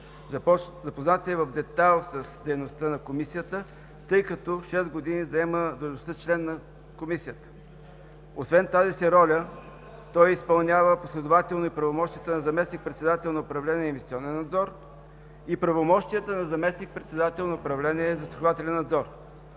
Запознат е в детайли с дейността на Комисията, тъй като шест години заема длъжността „член на Комисията“. Освен тази си роля той изпълнява последователно правомощията на заместник-председател на управление